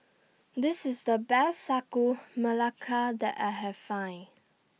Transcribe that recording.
This IS The Best Sagu Melaka that I Have Find